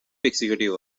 executive